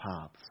paths